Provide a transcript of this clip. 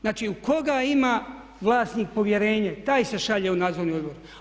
Znači u koga ima vlasnik povjerenje taj se šalje u nadzorni odbor.